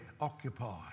occupy